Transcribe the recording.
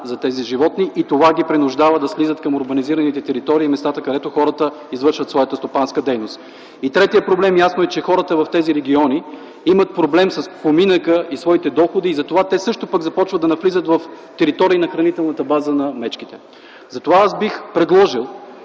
за тези животни. Това ги принуждава да слизат към урбанизирани територии и местата, където хората извършват своята стопанска дейност. Третият проблем, ясно е, че хората в тези региони имат проблем с поминъка и своите доходи. Затова те също започват да навлизат в територии на хранителната база на мечките. Затова аз бих предложил